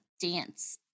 dance